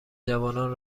جوانان